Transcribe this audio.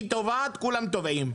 היא טובעת כולם טובעים.